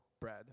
bread